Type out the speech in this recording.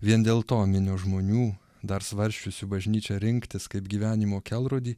vien dėl to minios žmonių dar svarsčiusių bažnyčią rinktis kaip gyvenimo kelrodį